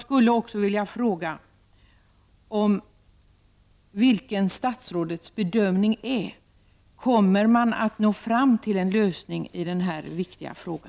Är det statsrådets bedömning att man kommer nå fram till en lösning i denna viktiga fråga?